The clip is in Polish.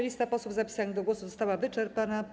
Lista posłów zapisanych do głosu została wyczerpana.